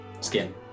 skin